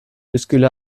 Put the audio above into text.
skulle